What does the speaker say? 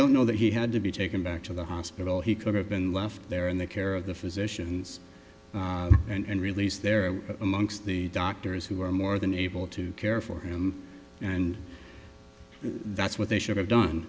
don't know that he had to be taken back to the hospital he could have been left there in the care of the physicians and released there amongst the doctors who were more than able to care for him and that's what they should have done